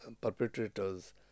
perpetrators